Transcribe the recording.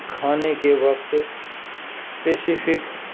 کھانے کے وقت اسپیسفک